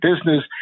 business